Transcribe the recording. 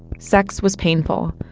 sex was painful.